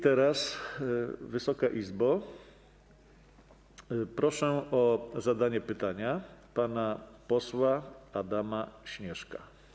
Teraz, Wysoka Izbo, proszę o zadanie pytania pana posła Adama Śnieżka.